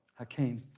hakeem.